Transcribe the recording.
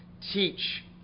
teach